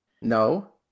No